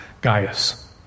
Gaius